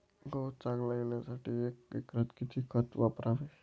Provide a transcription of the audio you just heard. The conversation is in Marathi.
गहू चांगला येण्यासाठी एका एकरात किती खत वापरावे?